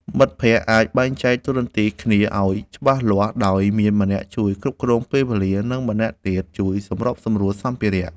មិត្តភក្តិអាចបែងចែកតួនាទីគ្នាឱ្យច្បាស់លាស់ ដោយមានម្នាក់ជួយគ្រប់គ្រងពេលវេលា និងម្នាក់ទៀតជួយសម្របសម្រួលសម្ភារៈ។